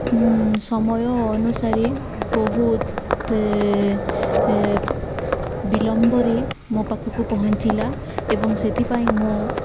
ସମୟ ଅନୁସାରେ ବହୁତ ବିଳମ୍ବରେ ମୋ ପାଖକୁ ପହଞ୍ଚିଲା ଏବଂ ସେଥିପାଇଁ ମୁଁ